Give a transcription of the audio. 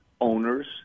owners